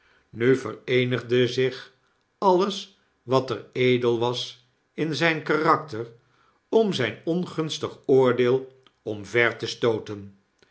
m vereenigde zich alles wat er edel was in zp karakter om zjn ongunstig oordeel omver te stooten